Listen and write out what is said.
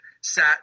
sat